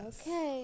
Okay